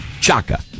Chaka